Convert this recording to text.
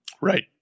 Right